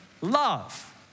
love